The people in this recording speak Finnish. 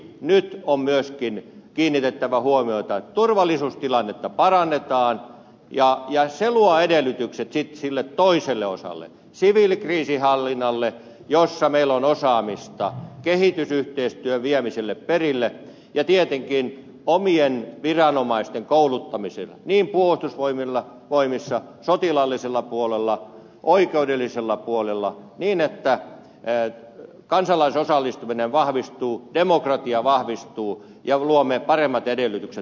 siksi nyt on myöskin kiinnitettävä huomiota siihen että turvallisuustilannetta parannetaan ja se luo edellytykset sitten sille toiselle osalle siviilikriisinhallinnalle jossa meillä on osaamista kehitysyhteistyön viemiselle perille ja tietenkin omien viranomaisten kouluttamiselle puolustusvoimissa sotilaallisella puolella oikeudellisella puolella niin että kansalaisosallistuminen vahvistuu demokratia vahvistuu ja luomme paremmat edellytykset tulevaisuuteen